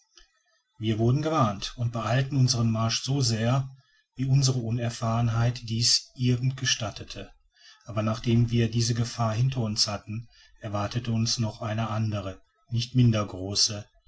wir wurden gewarnt und beeilten unsern marsch so sehr wie unsere unerfahrenheit dies irgend gestattete aber nachdem wir diese gefahr hinter uns hatten erwartete uns noch eine andere nicht minder große